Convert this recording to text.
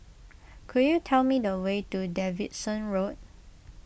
could you tell me the way to Davidson Road